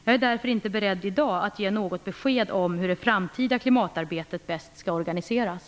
Jag är därför inte beredd i dag att ge något besked om hur det framtida klimatarbetet bäst skall organiseras.